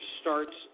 starts